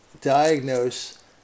diagnose